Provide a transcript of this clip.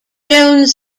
jones